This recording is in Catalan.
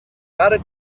mar